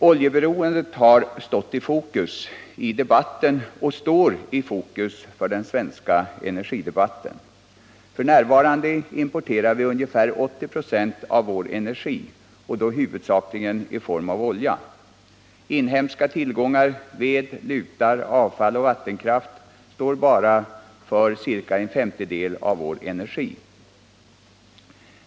Oljeberoendet har stått i fokus och står i fokus för den svenska energidebatten. F. n. importerar vi ungefär 80 96 av vår energi, huvudsakligen i form av olja. Inhemska tiilgångar — ved, lutar, avfall och vattenkraft — står bara för ca en femtedel av vår energitillförsel.